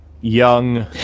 Young